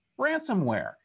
ransomware